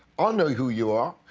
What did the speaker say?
um know who you are.